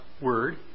Word